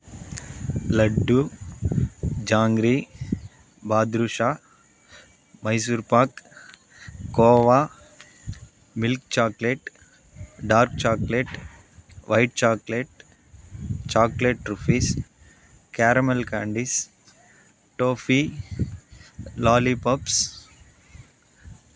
laddu jangri badusha Mysore pak khoa milk chocolate dark chocolate white chocolate chocolate truffles caramel candies toffee లాలీ pups